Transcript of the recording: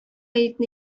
итне